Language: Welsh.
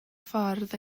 ffordd